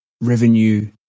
revenue